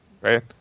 Right